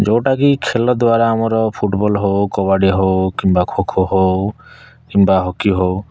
ଯେଉଁଟା କି ଖେଳ ଦ୍ୱାରା ଆମର ଫୁଟବଲ ହଉ କବାଡ଼ି ହଉ କିମ୍ବା ଖୋ ଖୋ ହଉ କିମ୍ବା ହକି ହଉ